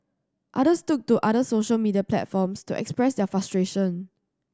others took to other social media platforms to express their frustration